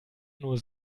nur